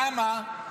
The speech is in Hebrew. למה?